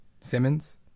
Simmons